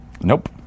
Nope